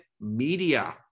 media